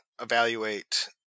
evaluate